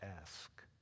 ask